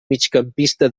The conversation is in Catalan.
migcampista